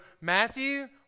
Matthew